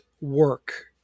work